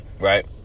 Right